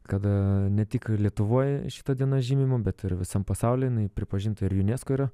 kada ne tik lietuvoj šita diena žymima bet ir visam pasauly jinsi pripažinta ir unesco yra